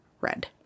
red